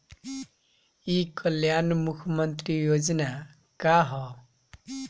ई कल्याण मुख्य्मंत्री योजना का है?